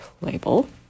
label